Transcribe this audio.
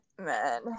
man